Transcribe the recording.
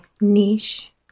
niche